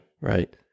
right